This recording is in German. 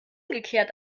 umgekehrt